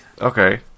Okay